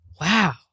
Wow